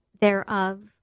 thereof